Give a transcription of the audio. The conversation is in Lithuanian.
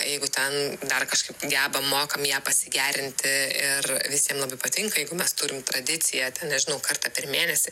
jeigu ten dar kažkaip gebam mokam ją pasigerinti ir visiem labai patinka jeigu mes turim tradiciją ten nežinau kartą per mėnesį